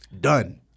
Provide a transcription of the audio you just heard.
done